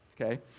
Okay